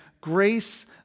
grace